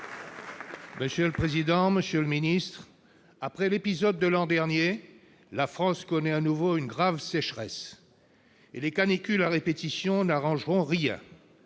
l'alimentation. Monsieur le ministre, après l'épisode de l'an dernier, la France connaît de nouveau une grave sécheresse et les canicules à répétition n'arrangent rien.